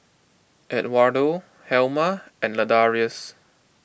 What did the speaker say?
Edwardo Helma and Ladarius